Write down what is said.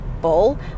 ball